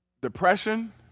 depression